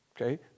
okay